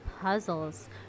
Puzzles